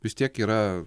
vis tiek yra